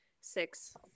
six